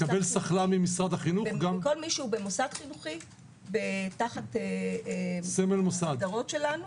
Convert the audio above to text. במוסד חינוכי, תחת ההגדרות שלנו,